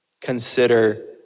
Consider